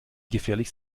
gefährlich